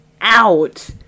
out